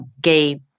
gay